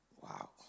Wow